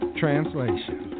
translation